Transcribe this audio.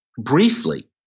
briefly